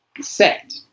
set